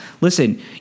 Listen